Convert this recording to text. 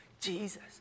Jesus